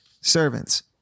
servants